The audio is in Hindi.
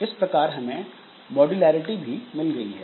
इस प्रकार हमें मॉड्यूलैरिटी भी मिल गई है